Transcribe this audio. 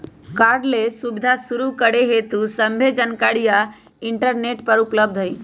cardless सुबीधा शुरू करे हेतु सभ्भे जानकारीया इंटरनेट पर उपलब्ध हई